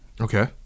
Okay